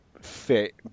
fit